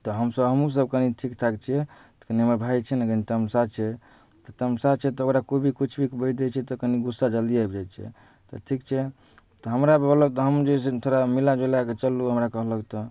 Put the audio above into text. तऽ हमसब हमहुँ सब कनी ठीकठाक छियै कनी हमर भाइ छै ने कनी तमसाह छै तऽ तमसाह छै तऽ ओकरा केओ भी किछु भी बाजि दै छै तऽ कनी गुस्सा जल्दी आबि जाइ छै तऽ ठीक छै तऽ हमरा कहलक तऽ हमहुँ जे छै थोड़ा मिलाए जुलाए कऽ चललहुँ हमरा कहलक तऽ